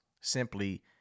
simply